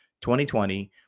2020